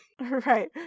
Right